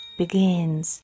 begins